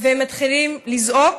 והם מתחילים לזעוק.